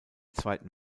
zweiten